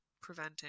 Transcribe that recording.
preventing